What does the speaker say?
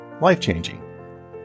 life-changing